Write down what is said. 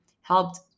helped